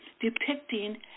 depicting